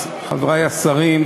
חברי השרים,